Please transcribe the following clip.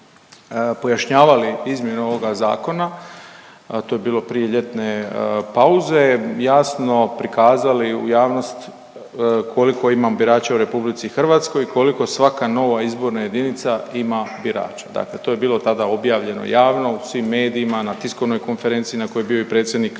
pojašnjavali izmjenu ovoga zakona to je bilo prije ljetne pauze jasno prikazali u javnost koliko ima birača u Republici Hrvatskoj, koliko svaka nova izborna jedinica ima birača. Dakle, to je bilo tada objavljeno javno u svim medijima, na tiskovnoj konferenciji na kojoj je bio i predsjednik